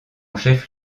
chef